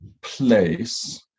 place